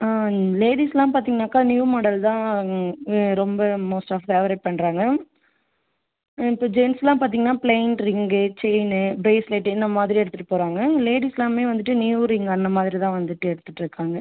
லேடிஸுலாம் பார்த்திங்கனாக்கா new model தான் ரொம்ப மோஸ்ட்டாக ஃபேவரெட் பண்ணுறாங்க இப்போ ஜென்ஸுலாம் பார்த்திங்கனா ப்ளைன் ரிங்கு செயினு ப்ரேஸ்லெட் இந்த மாதிரி எடுத்துட்டு போகிறாங்க லேடிஸுலாமே வந்துவிட்டு நியூ ரிங் அந்த மாதிரி தான் வந்துவிட்டு எடுத்துட்டுருக்காங்க